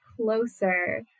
closer